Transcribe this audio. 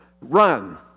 Run